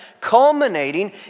culminating